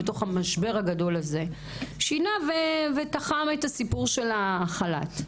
מתוך המשבר הגדול הזה שינה ותחם את הסיפור של החל"ת.